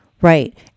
Right